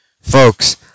folks